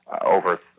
over